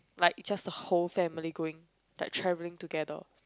like just the whole family going like traveling together